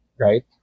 right